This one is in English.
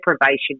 deprivation